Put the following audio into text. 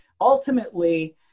Ultimately